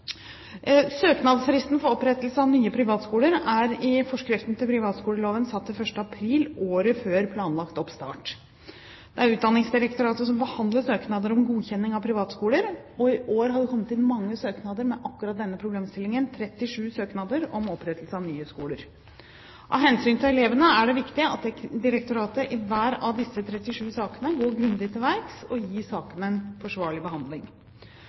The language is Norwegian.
Søknadsfristen for opprettelse av nye privatskoler er i forskriften til privatskoleloven satt til 1. april året før planlagt oppstart. Det er Utdanningsdirektoratet som behandler søknader om godkjenning av privatskoler, og i år har det kommet inn mange søknader med akkurat denne problemstillingen – 37 søknader om opprettelse av nye skoler. Av hensyn til elevene er det viktig at direktoratet i hver av disse 37 sakene går grundig til verks og gir sakene en forsvarlig behandling.